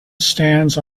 stands